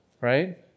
Right